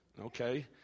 okay